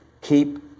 keep